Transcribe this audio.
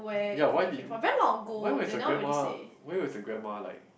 ya why did you why was her grandma why was her grandma like